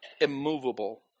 immovable